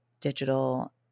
digital